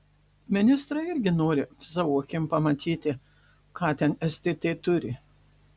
ministrai irgi nori savo akim pamatyti ką ten stt turi